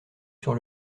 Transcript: sur